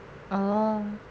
oh